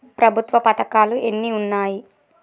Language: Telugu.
ప్రభుత్వ పథకాలు ఎన్ని ఉన్నాయి?